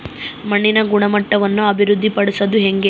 ಮಣ್ಣಿನ ಗುಣಮಟ್ಟವನ್ನು ಅಭಿವೃದ್ಧಿ ಪಡಿಸದು ಹೆಂಗೆ?